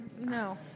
No